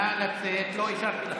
נא לצאת.